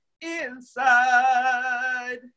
inside